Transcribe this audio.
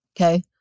Okay